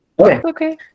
Okay